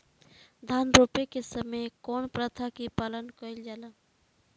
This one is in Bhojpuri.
धान रोपे के समय कउन प्रथा की पालन कइल जाला?